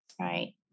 Right